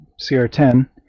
CR10